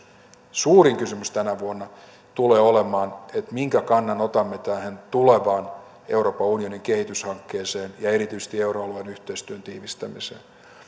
suurin kysymys tänä vuonna tulee olemaan minkä kannan otamme tähän tulevaan euroopan unionin kehityshankkeeseen ja erityisesti euroalueen yhteistyön tiivistämiseen